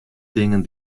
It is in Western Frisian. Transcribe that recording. dingen